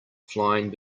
flying